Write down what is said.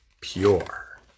pure